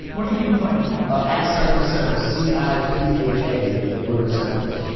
where can people find you? ah ciphasounds, c i p h a and the word sounds.